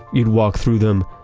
you'd walk through them,